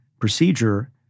procedure